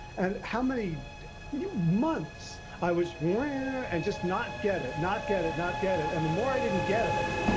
and how many yeah months i was more yeah and just not get it, not get it not get it. and the more i didn't get it,